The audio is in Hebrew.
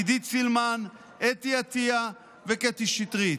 עידית סילמן, אתי עטייה וקטי שטרית.